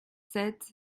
sept